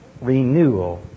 renewal